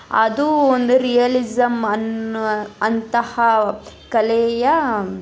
ಅದು ಒಂದು ರಿಯಲಿಸಂ ಅನ್ನುವ ಅಂತಹ ಕಲೆಯ